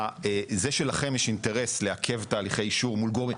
זה שלכם יש אינטרס לעכב תהליכי אישור מול גורמים,